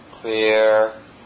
clear